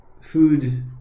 food